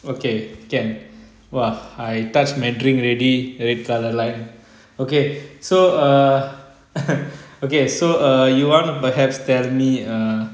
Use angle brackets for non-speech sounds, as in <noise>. okay can !wah! I touch my drink already red colour line okay so err <noise> okay so err you wanna perhaps tell me err